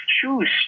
choose